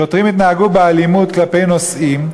שוטרים התנהגו באלימות כלפי נוסעים,